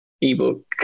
ebook